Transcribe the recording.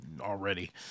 already